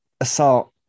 assault